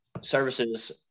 services